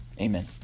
Amen